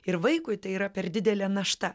ir vaikui tai yra per didelė našta